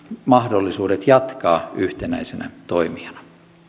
mahdollisuudet jatkaa yhtenäisenä toimijana